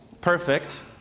perfect